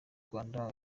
rwanda